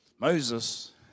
Moses